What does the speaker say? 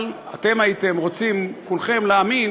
אבל אתם הייתם רוצים כולכם להאמין